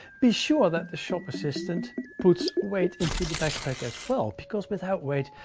be sure that the shop assistant puts weight into the backpack as well, because without weight,